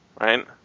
right